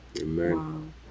Amen